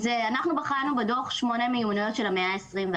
אנחנו בחנו בדוח שמונה מיומנויות של המאה ה-21,